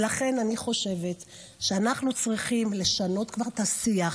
ולכן אני חושבת שאנחנו צריכים לשנות כבר את השיח.